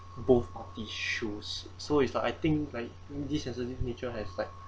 both of these shoes so it's like I think like this sensitive nature has like